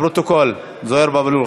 לפרוטוקול, זוהיר בהלול.